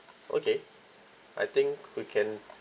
okay I think we can